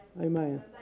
Amen